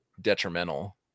detrimental